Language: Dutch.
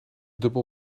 dubbel